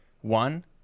One